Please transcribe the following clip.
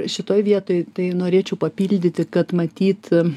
šitoj vietoj tai norėčiau papildyti kad matyt